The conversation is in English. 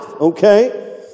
okay